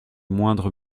moindre